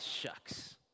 shucks